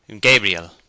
Gabriel